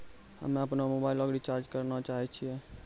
हम्मे अपनो मोबाइलो के रिचार्ज करना चाहै छिये